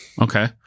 Okay